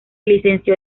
licenció